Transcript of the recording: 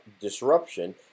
disruption